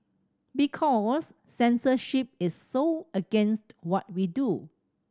because censorship is so against what we do